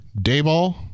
Dayball